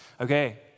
okay